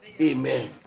Amen